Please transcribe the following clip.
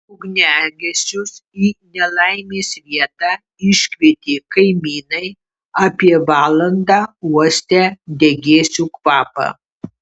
ugniagesius į nelaimės vietą iškvietė kaimynai apie valandą uostę degėsių kvapą